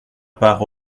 part